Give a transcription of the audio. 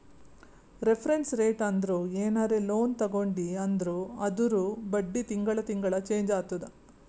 reference rate ಅಂದುರ್ ಏನರೇ loan ತಗೊಂಡಿ ಅಂದುರ್ ಅದೂರ್ ಬಡ್ಡಿ ತಿಂಗಳಾ ತಿಂಗಳಾ ಚೆಂಜ್ ಆತ್ತುದ